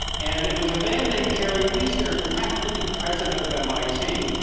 and it was a man named jerry wiesner, who happened to be the president of mit,